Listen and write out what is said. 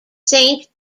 saint